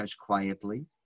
quietly